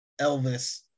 elvis